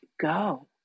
go